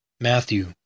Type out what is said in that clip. Matthew